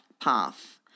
path